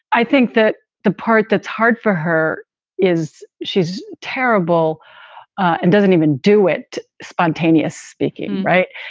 i think that the part that's hard for her is she's terrible and doesn't even do it. spontaneous speaking. right.